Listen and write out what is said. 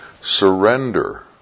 Surrender